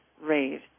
rate